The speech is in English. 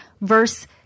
verse